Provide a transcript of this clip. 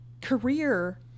career